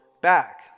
back